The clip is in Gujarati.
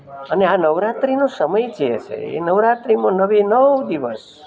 અને આ નવરાત્રિનો સમય જે છે એ નવરાત્રિમાં નવે નવ દિવસ